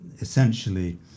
essentially